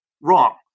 wrong